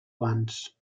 abans